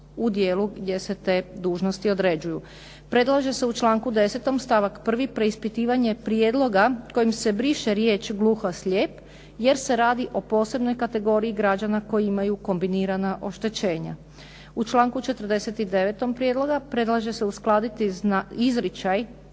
u članku 10. stavak 1. preispitivanje prijedloga kojim se briše riječ "gluho-slijep" jer se radi o posebnoj kategoriji građana koji imaju kombinirana oštećenja. U članku 49. Prijedloga predlaže se uskladiti izričaj